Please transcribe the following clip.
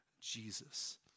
Jesus